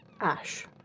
ash